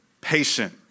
patient